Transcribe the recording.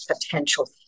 potential